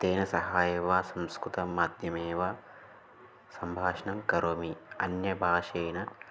तेन सह एव संस्कृतं माध्यमेन सम्भाषणं करोमि अन्यभाषया